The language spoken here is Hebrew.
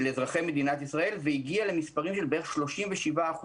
אזרחי מדינת ישראל והגיע למספרים שבערך 37%